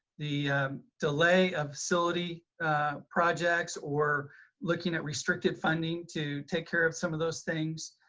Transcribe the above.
the delay of facility projects or looking at restricted funding to take care of some of those things,